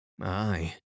Aye